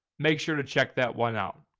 make sure to check that one out!